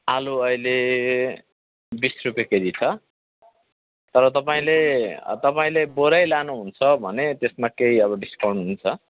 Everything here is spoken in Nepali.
आलु अहिले बिस रुपियाँ केजी छ तर तपाईँले तपाईँले बोरै लानुहुन्छ भने त्यसमा केही अब डिस्काउन्ट हुन्छ